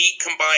combined